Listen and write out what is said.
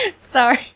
Sorry